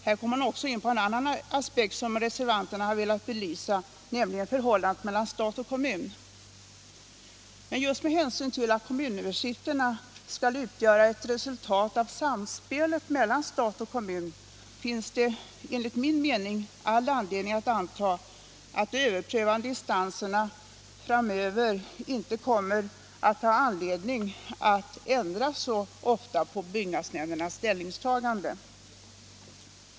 Här kommer man också in på en annan aspekt, som reservanterna har velat belysa, nämligen förhållandet mellan stat och kommun. Men just med hänsyn till att kommunöversikterna skall utgöra ett resultat av samspelet mellan stat och kommun, finns det enligt min mening skäl att anta att de överprövande instanserna framöver inte kommer att ha anledning att så ofta ändra på byggnadsnämndernas ställningstaganden.